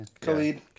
Khalid